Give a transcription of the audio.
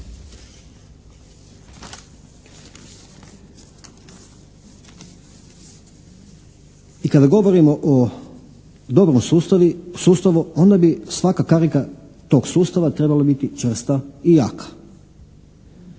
I kada govorimo o dobnom sustavu onda bi svaka karika tog sustava trebala biti čvrsta i jaka,